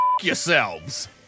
yourselves